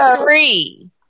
three